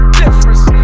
difference